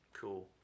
Cool